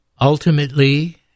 Ultimately